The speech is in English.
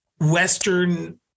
Western